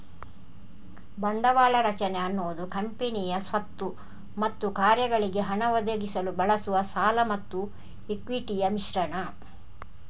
ಬಂಡವಾಳ ರಚನೆ ಅನ್ನುದು ಕಂಪನಿಯ ಸ್ವತ್ತು ಮತ್ತು ಕಾರ್ಯಗಳಿಗೆ ಹಣ ಒದಗಿಸಲು ಬಳಸುವ ಸಾಲ ಮತ್ತು ಇಕ್ವಿಟಿಯ ಮಿಶ್ರಣ